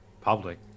public